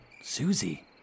Susie